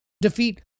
defeat